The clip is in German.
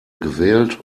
gewählt